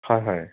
হয় হয়